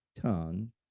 tongue